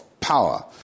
power